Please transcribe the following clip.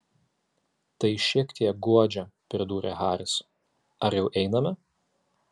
tai šiek tiek guodžia pridūrė haris ar jau einame